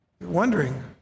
Wondering